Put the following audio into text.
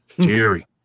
Jerry